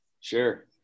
sure